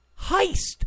heist